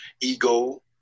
ego